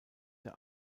der